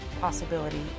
possibility